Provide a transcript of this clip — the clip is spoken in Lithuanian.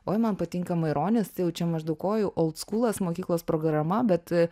oj man patinka maironis jau čia maždaug oi old skūlas mokyklos programa bet